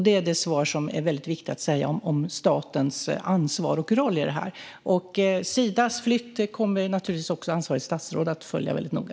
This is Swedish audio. Det är det svar som är viktigt att ge när det gäller statens ansvar och roll i detta. Sidas flytt kommer ansvarigt statsråd naturligtvis också att följa väldigt noga.